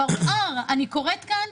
אני קוראת כאן,